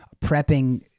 prepping